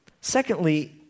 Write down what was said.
Secondly